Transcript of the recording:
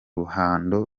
ruhando